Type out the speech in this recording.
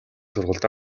сургуульд